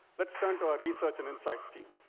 let's turn to our research and insights team.